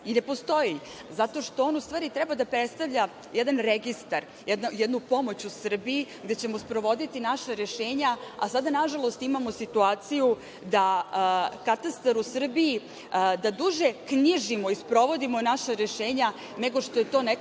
i ne postoji, zato što on u stvari treba da predstavlja jedan registar, jednu pomoć u Srbiji gde ćemo sprovoditi naša rešenja, a sada na žalost imao situaciju da Katastar u Srbiji da duže knjižimo i sprovodimo naša rešenja nego što je to nekom